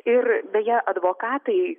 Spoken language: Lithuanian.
ir beje advokatai